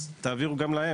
תעבירו גם להם.